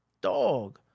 Dog